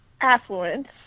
affluence